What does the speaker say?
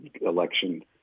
election